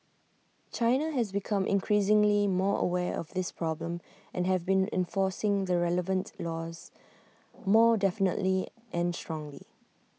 China has become increasingly more aware of this problem and have been enforcing the relevant laws more definitely and strongly